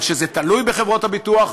אבל כשזה תלוי בחברות הביטוח,